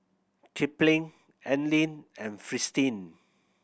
Kipling Anlene and Fristine